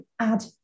add